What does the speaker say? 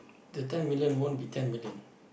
the ten million won't be ten million